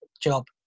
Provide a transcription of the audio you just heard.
job